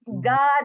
god